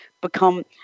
become